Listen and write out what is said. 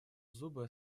зубы